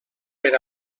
per